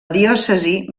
diòcesi